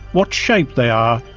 what shape they are,